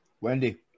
Wendy